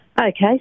Okay